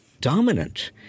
dominant